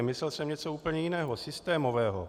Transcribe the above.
Myslel jsem něco úplně jiného, systémového.